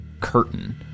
curtain